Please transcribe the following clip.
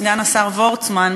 סגן השר וורצמן,